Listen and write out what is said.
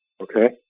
okay